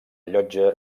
llotja